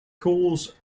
cause